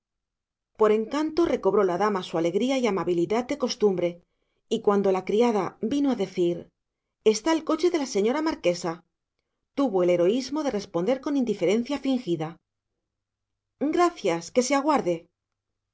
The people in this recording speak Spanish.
por encanto recobró la dama su alegría y amabilidad de costumbre y cuando la criada vino a decir está el coche de la señora marquesa tuvo el heroísmo de responder con indiferencia fingida gracias que se aguarde